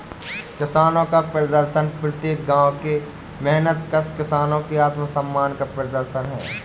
किसानों का प्रदर्शन प्रत्येक गांव के मेहनतकश किसानों के आत्मसम्मान का प्रदर्शन है